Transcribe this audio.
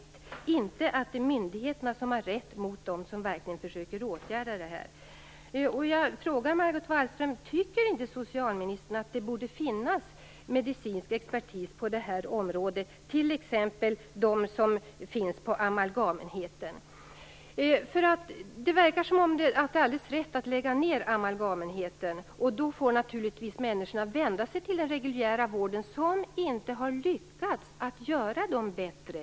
Det får inte vara så att det är myndigheterna som har rätt mot dem som verkligen försöker åtgärda det här. Tycker inte socialministern att det borde finnas medicinsk expertis på det här området t.ex. bland dem som finns på amalgamenheten? Det verkar som om det skulle vara alldeles rätt att lägga ned amalgamenheten, och då får naturligtvis människorna återigen vända sig till den reguljära vården som inte har lyckats att göra dem bättre.